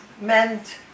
meant